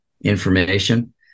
information